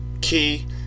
key